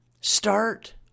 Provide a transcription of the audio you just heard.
Start